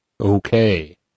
Okay